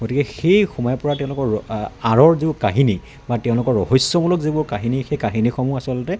গতিকে সেই সোমাই পৰা তেওঁলোকৰ আঁৰৰ যি কাহিনী বা তেওঁলোকৰ ৰহস্যমূলক যিবোৰ কাহিনী সেই কাহিনীসমূহ আচলতে